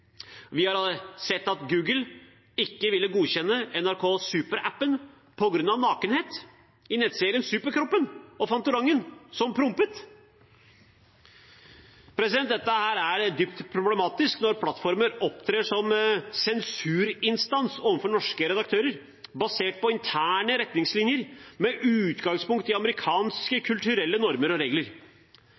Vi har sett at Google ikke ville godkjenne NRK Super-appen på grunn av nakenhet i nettserien Superkroppen og Fantorangen som prompet. Det er dypt problematisk når plattformene opptrer som sensurinstans overfor norske redaktører, basert på interne retningslinjer med utgangspunkt i amerikanske kulturelle normer og regler.